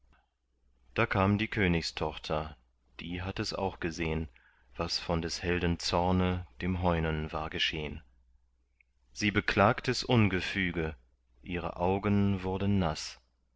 da kam die königstochter die hatt es auch gesehn was von des helden zorne dem heunen war geschehn sie beklagt es ungefüge ihre augen wurden naß